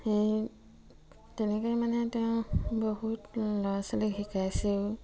সেই তেনেকৈ মানে তেওঁ বহুত ল'ৰা ছোৱালীক শিকাইছেও